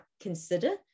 consider